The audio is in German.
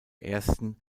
ersten